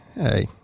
Hey